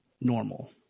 normal